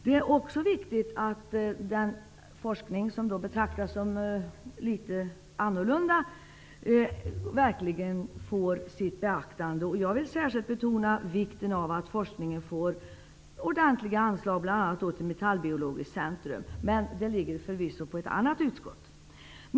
Det är också viktigt att den forskning som betraktas som litet annorlunda verkligen blir beaktad. Jag vill särskilt betona vikten av att forskningen får ordentliga anslag, bl.a. forskningen vid Metallbiologiskt centrum. Den frågan ligger förvisso på ett annat utskott. Herr talman!